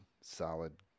solid